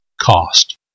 cost